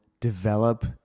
develop